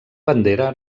bandera